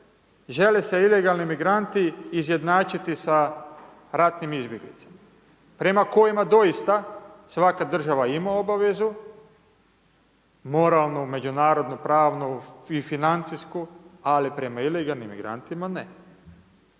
žele se ilegalni migranti izjednačiti sa ratnim izbjeglicama prema kojima doista svaka država ima obavezu, moralnu, međunarodnu, pravnu i financijsku ali prema ilegalnim migrantima ne.